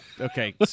Okay